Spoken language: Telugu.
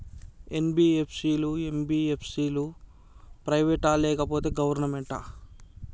ఎన్.బి.ఎఫ్.సి లు, ఎం.బి.ఎఫ్.సి లు ప్రైవేట్ ఆ లేకపోతే గవర్నమెంటా?